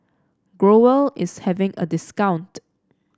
Growell is having a discount